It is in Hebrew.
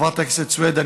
חברת הכנסת סויד,